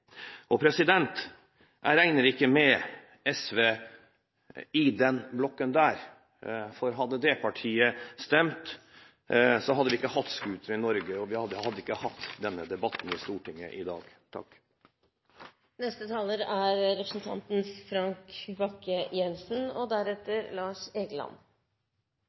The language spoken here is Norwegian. Jeg regner ikke med SV i den blokken der, for hadde det partiet bestemt, hadde vi ikke hatt scootere i Norge, og vi hadde ikke hatt denne debatten i Stortinget i dag. Det er